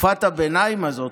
תקופת הביניים הזו,